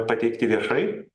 pateikti viešai